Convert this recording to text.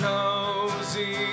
Cozy